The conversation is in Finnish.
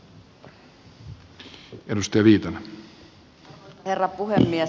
arvoisa herra puhemies